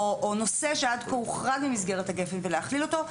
או נושא שעד כה הוחרג ממסגרת גפ"ן ולהכליל אותו,